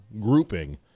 grouping